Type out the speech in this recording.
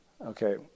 Okay